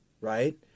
right